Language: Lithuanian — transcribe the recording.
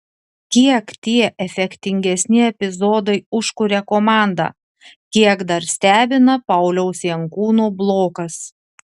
kiek tie efektingesni epizodai užkuria komandą kiek dar stebina pauliaus jankūno blokas